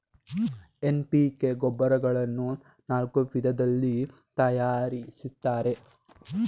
NPK ಗೊಬ್ಬರಗಳನ್ನು ನಾಲ್ಕು ವಿಧದಲ್ಲಿ ತರಯಾರಿಸ್ತರೆ